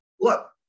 look